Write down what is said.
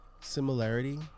similarity